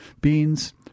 beans